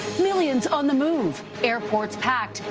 millions on the move airports packed.